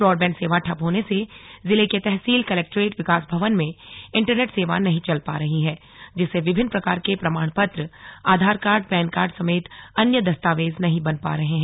broadband सेवा ठप होने से जिले के तहसील कलक्ट्रेट विकास भवन में इंटरनेट सेवा नहीं चल पा रही हैं जिससे विभिन्न प्रकार के प्रमाणपत्र आधार कार्ड पैनकार्ड समेत अन्य दस्तावेज नहीं बन पा रहे हैं